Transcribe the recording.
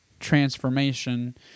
transformation